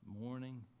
Morning